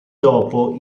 dopo